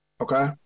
okay